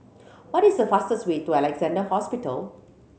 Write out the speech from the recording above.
what is the fastest way to Alexandra Hospital